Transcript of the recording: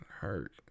hurt